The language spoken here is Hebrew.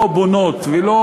לא בונות ולא